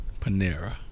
Panera